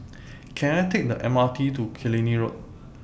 Can I Take The M R T to Killiney Road